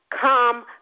come